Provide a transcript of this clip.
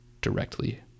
directly